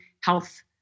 health